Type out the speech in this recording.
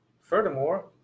Furthermore